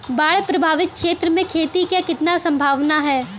बाढ़ प्रभावित क्षेत्र में खेती क कितना सम्भावना हैं?